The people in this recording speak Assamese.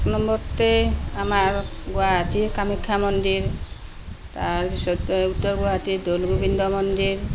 এক নম্বৰতে আমাৰ গুৱাহাটীৰ কামাখ্যা মন্দিৰ তাৰপিছতে উত্তৰ গুৱাহাটীৰ দৌল গোবিন্দ মন্দিৰ